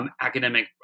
academic